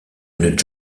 une